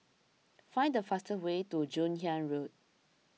find the fastest way to Joon Hiang Road